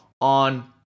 on